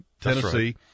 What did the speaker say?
Tennessee